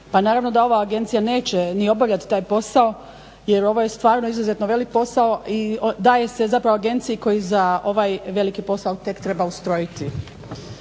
naravno da ova agencija neće ni obavljati taj posao jer ovo je stvarno izrazito velik posao i daje se zapravo agenciji koji za ovaj veliki posao tek treba ustrojiti